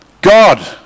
God